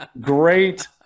great